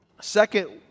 second